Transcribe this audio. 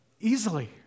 easily